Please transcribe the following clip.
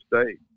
State